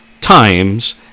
times